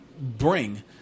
bring